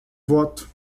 voto